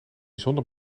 zonder